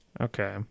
Okay